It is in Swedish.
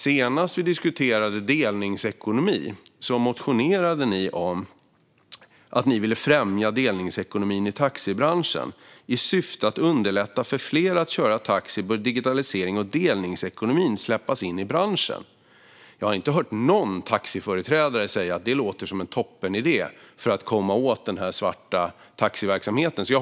Senast vi diskuterade delningsekonomi motionerade ni om att ni ville främja delningsekonomin i taxibranschen: "I syfte att underlätta för fler att köra taxi bör digitalisering och delningsekonomi släppas in i branschen." Jag har inte hört någon taxiföreträdare säga att det låter som en toppenidé för att komma åt svarttaxiverksamheten.